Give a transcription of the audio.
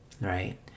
right